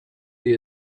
the